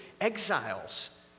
exiles